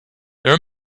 there